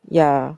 ya